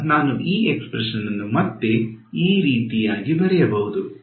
ಈಗ ನಾನು ಈ ಎಸ್ಪ್ರೆಷನ್ ಅನ್ನು ಮತ್ತೆ ಆಗಿ ಬರೆಯಬಹುದು